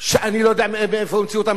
שאני לא יודע מאיפה המציאו אותן,